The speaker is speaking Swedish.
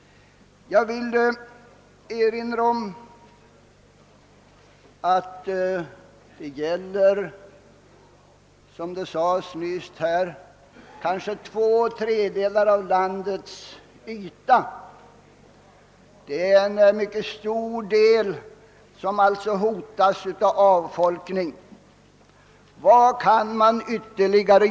Jag vill erinra om att det, så som nyss framhölls, kanske gäller två tredjedelar av landets yta. Det är alltså en mycket stor del som hotas av avfolkning. Vad kan man då göra ytterligare?